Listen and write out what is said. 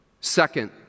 Second